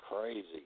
crazy